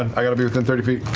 i got to be within thirty feet.